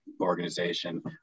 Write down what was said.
organization